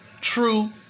True